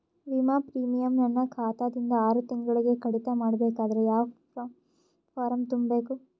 ವಿಮಾ ಪ್ರೀಮಿಯಂ ನನ್ನ ಖಾತಾ ದಿಂದ ಆರು ತಿಂಗಳಗೆ ಕಡಿತ ಮಾಡಬೇಕಾದರೆ ಯಾವ ಫಾರಂ ತುಂಬಬೇಕು?